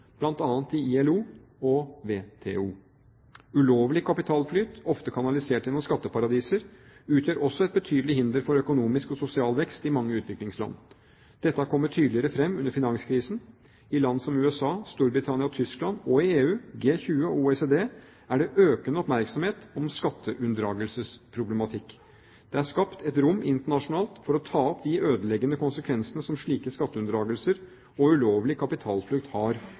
bl.a. i ILO og WTO. Ulovlig kapitalflyt, ofte kanalisert gjennom skatteparadiser, utgjør også et betydelig hinder for økonomisk og sosial vekst i mange utviklingsland. Dette har kommet tydeligere fram under finanskrisen. I land som USA, Storbritannia og Tyskland, og i EU, G20 og OECD, er det økende oppmerksomhet om skatteunndragelsesproblematikk. Det er skapt et rom internasjonalt for å ta opp de ødeleggende konsekvensene som slike skatteunndragelser og ulovlig kapitalflukt har